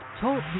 Talk